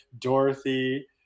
Dorothy